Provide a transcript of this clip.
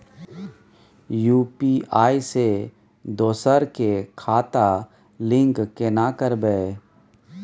UPI से दोसर के खाता लिंक केना करबे?